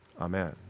Amen